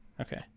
Okay